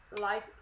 life